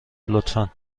لطفا